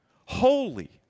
holy